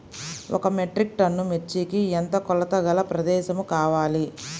ఒక metric ton మిర్చికి ఎంత కొలతగల ప్రదేశము కావాలీ?